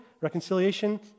reconciliation